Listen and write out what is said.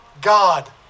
God